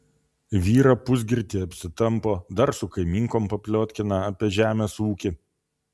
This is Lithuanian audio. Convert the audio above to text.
vyrą pusgirtį apsitampo dar su kaimynkom papliotkina apie žemės ūkį